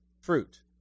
fruit